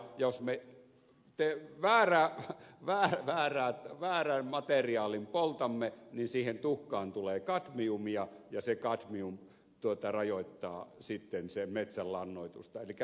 jos me väärän materiaalin poltamme niin siihen tuhkaan tulee kadmiumia ja se kadmium rajoittaa sitten metsän lannoitusta